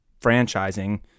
franchising